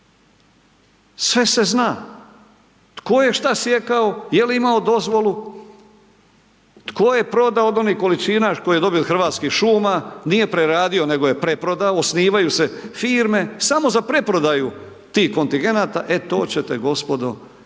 sve se zna, tko je šta sjekao, jel' imao dozvolu, tko je prodao od onih količina koje je dobio od Hrvatskih šuma, nije preradio nego je preprodao, osnivaju se firme samo za preprodaju tih kontigeneta, e to će te gospodo,